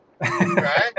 Right